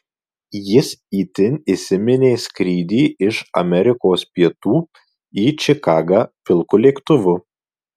jis itin įsiminė skrydį iš amerikos pietų į čikagą pilku lėktuvu